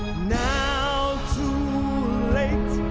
now too late